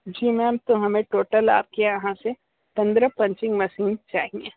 जी ma'am तो हमें total आपके यहाँ से पंद्रह पंचिंग मशीन चाहिए